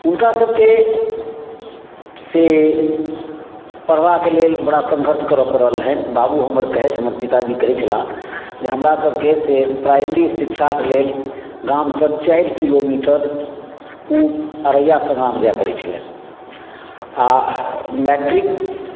हुनकासब के से पढ़बा के लेल बड़ा संघर्ष करय परल रहनि बाबू हमर कहथि हमर पिताजी कहै छलाह जे हमरा सब के से प्राइमरी शिक्षा के लेल गाँव सॅं चारि किलोमीटर पूब अररिया संग्राम जाइ परै छलनि आ मैट्रिक